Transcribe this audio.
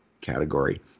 category